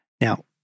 Now